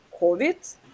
COVID